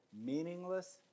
meaningless